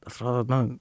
atrodo na